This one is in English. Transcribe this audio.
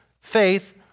faith